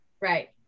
Right